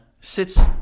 sits